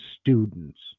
students